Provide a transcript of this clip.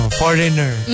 foreigner